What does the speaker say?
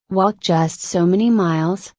walk just so many miles,